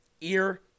Ear